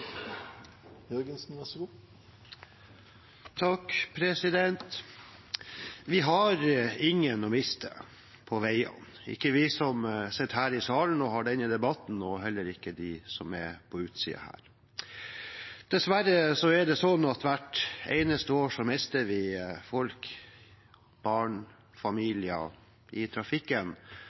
ingen å miste på veiene – ikke vi som sitter her i salen og har denne debatten, og heller ikke de som er på utsiden her. Dessverre er det slik at hvert eneste år mister vi folk – barn og familier – i trafikken,